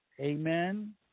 Amen